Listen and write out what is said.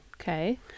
Okay